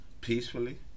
peacefully